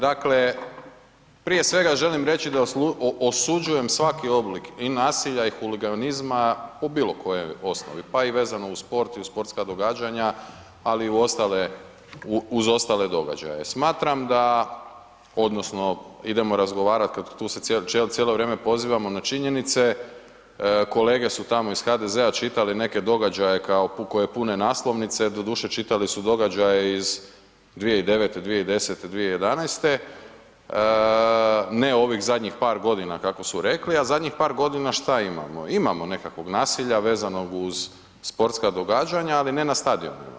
Dakle, prije svega želim reći da osuđujem svaki oblik i nasilja i huliganizma u bilo kojoj osnovi, pa i vezano uz sport i sportska događanja, ali i u ostale, uz ostale događaje, smatram da odnosno idemo razgovarat kad tu se cijelo vrijeme pozivamo na činjenice, kolege su tamo iz HDZ-a su čitali neke događaje kao koje pune naslovnice, doduše čitali su događaje iz 2009., 2010., 2011., ne ovih zadnjih par godina kako su rekli a zadnjih par godina, šta imamo, imamo nekakvog nasilja vezano uz sportska događanja ali ne na stadionima.